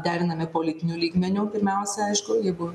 derinami politiniu lygmeniu pirmiausia aišku jeigu